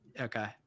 Okay